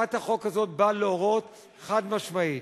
הצעת החוק הזאת באה להורות חד-משמעית